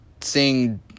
seeing